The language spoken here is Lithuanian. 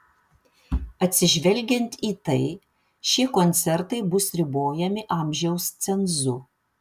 atsižvelgiant į tai šie koncertai bus ribojami amžiaus cenzu